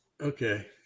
Okay